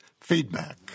Feedback